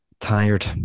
tired